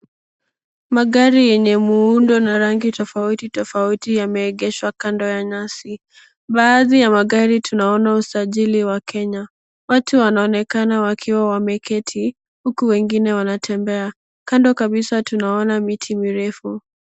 Magari yenye muundo na rangi tofauti tofauti yameegeshwa kando ya nyasi. Baadhi ya magari tunaona usajili wa Kenya. Watu wanaonekana wameketi huku wengine wakitembea. Kando kabisa tunaona miti mirefu.